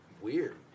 weird